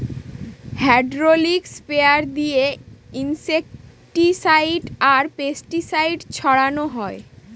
hydraulic sprayer দিয়ে insecticide আর pesticide ছড়ানো হয়